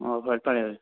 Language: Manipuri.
ꯑꯣ ꯐꯔꯦ ꯐꯔꯦ ꯑꯗꯨꯗꯤ